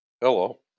Hello